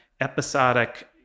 episodic